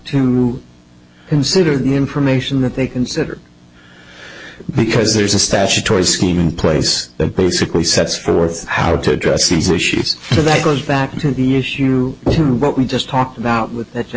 to consider the information that they consider because there is a statutory scheme in place that basically sets forth how to address these issues so that goes back to the issue of what we just talked about with that